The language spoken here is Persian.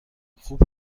خوب